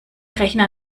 rechner